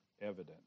evident